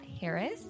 Harris